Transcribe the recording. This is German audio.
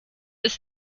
ist